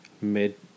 mid